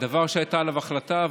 דבר שהייתה עליו החלטה.